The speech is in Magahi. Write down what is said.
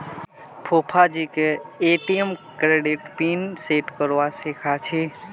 फूफाजीके ए.टी.एम कार्डेर पिन सेट करवा सीखा छि